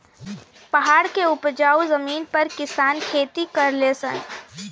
पहाड़ के उपजाऊ जमीन पर किसान खेती करले सन